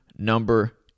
number